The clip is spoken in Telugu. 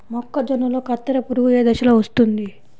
మొక్కజొన్నలో కత్తెర పురుగు ఏ దశలో వస్తుంది?